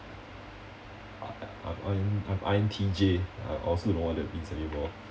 I'm I_N I'm I_N_T_J I also don't know what it means anymore